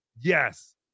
Yes